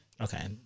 Okay